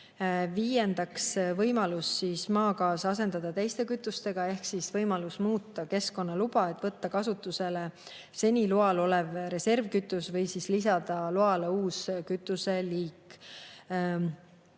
[Neljandaks], võimalus maagaas asendada teiste kütustega ehk võimalus muuta keskkonnaluba, et võtta kasutusele seni loal olev reservkütus või lisada loale uus kütuseliik.